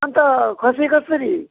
अन्त खसी कसरी